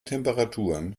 temperaturen